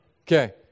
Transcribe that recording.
Okay